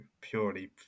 purely